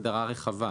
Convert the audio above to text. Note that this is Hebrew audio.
הגדרה רחבה.